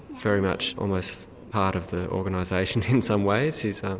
very much almost part of the organisation in some ways, she's. um